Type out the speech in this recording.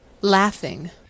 Laughing